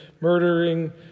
murdering